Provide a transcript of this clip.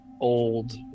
old